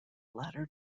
latter